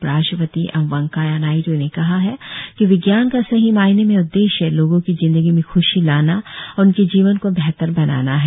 उपराष्ट्रपति एम वैंकैया नायड्र ने कहा है कि विज्ञान का सही मायने में उद्देश्य लोगों की जिंदगी में ख्शी लाना और उनके जीवन को बेहतर बनाना है